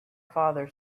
father